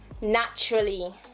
Naturally